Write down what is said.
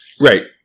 Right